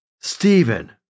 Stephen